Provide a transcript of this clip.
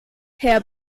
herr